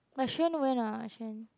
but Chuan went ah Le-Chuan